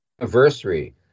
anniversary